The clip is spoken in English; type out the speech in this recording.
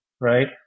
Right